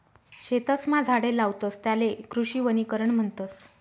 शेतसमा झाडे लावतस त्याले कृषी वनीकरण म्हणतस